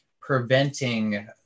preventing